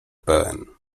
pełen